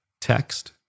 text